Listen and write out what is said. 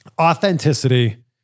authenticity